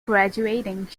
graduating